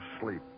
sleep